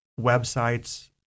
websites